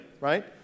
right